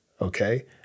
okay